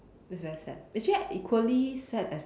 it's very sad actually equally sad as